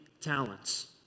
talents